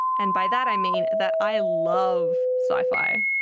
and by that i mean that i love sci-fi.